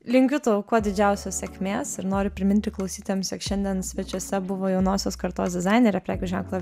linkiu tau kuo didžiausios sėkmės ir noriu priminti klausytojams jog šiandien svečiuose buvo jaunosios kartos dizainerė prekių ženklo